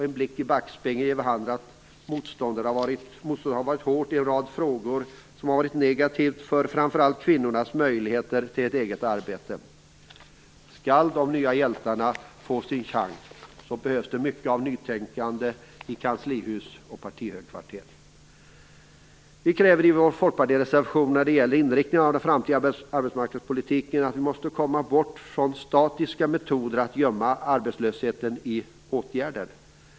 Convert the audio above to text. En blick i backspegeln ger vid handen att motståndet har varit hårt i en rad frågor som har varit negativt för framför allt kvinnornas möjligheter till ett eget arbete. Skall "de nya hjältarna" få sin chans behövs det mycket av nytänkande i kanslihus och partihögkvarter. Vi kräver i vår fp-reservation när det gäller inriktningen av den framtida arbetsmarknadspolitiken att vi måste komma bort från statiska metoder att gömma arbetslösheten i åtgärder.